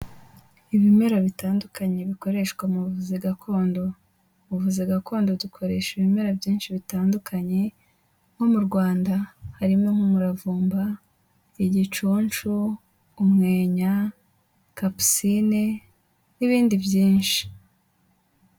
Ibimera bitandukanye bikoreshwa mu buvuzi gakondo, ubuvuzi gakondo dukoresha ibimera byinshi bitandukanye, nko mu Rwanda harimo nk'umuravumba, igicuncu, umwenya, kapusine, n'ibindi byinshi.